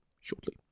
shortly